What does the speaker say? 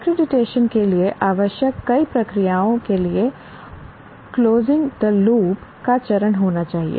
accreditation के लिए आवश्यक कई प्रक्रियाओं के लिए क्लोजिंग लूप " का चरण होना चाहिए